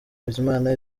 bizimana